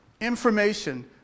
information